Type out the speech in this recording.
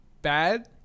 bad